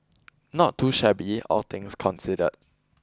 not too shabby all things considered